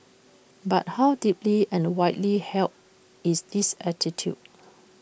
but how deeply and widely held is this attitude